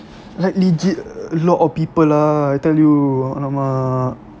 like legit a lot of people ah I tell you !alamak!